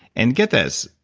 and get this,